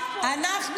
משפחות שכולות בוכות פה.